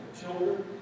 Children